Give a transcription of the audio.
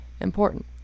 important